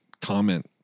comment